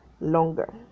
longer